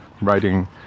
writing